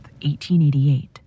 1888